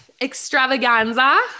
extravaganza